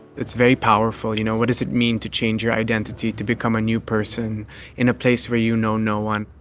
it's very powerful you know. what does it mean to change your identity to become a new person in a place where you know no one.